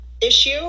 issue